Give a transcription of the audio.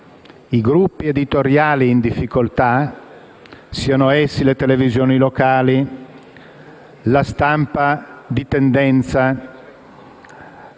i gruppi editoriali in difficoltà - siano essi le televisioni locali, la stampa di tendenza,